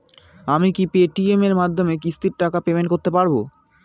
আমি কি Paytm এর মাধ্যমে কিস্তির টাকা পেমেন্ট করতে পারব?